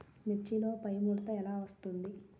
మిర్చిలో పైముడత ఎలా వస్తుంది?